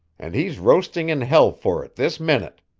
and he's roasting in hell for it this minute,